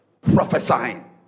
prophesying